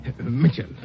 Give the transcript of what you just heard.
Mitchell